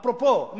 אפרופו,